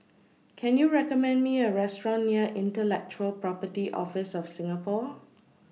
Can YOU recommend Me A Restaurant near Intellectual Property Office of Singapore